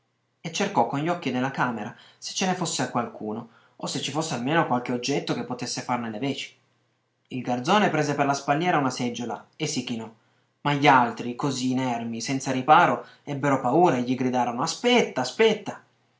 e cercò con gli occhi nella camera se ce ne fosse qualcuno o se ci fosse almeno qualche oggetto che potesse farne le veci il garzone prese per la spalliera una seggiola e si chinò ma gli altri così inermi senza riparo ebbero paura e gli gridarono aspetta aspetta